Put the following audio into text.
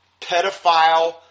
pedophile